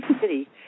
City